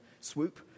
swoop